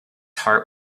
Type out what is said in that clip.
heart